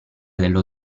dello